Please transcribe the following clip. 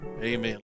amen